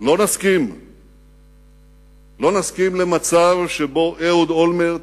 לא נסכים למצב שבו אהוד אולמרט,